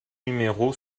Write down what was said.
numéro